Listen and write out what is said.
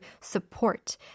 support